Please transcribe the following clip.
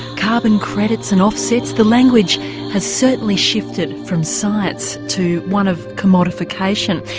carbon credits and offsets, the language has certainly shifted from science to one of commodification.